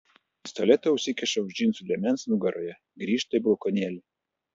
pistoletą užsikiša už džinsų liemens nugaroje grįžta į balkonėlį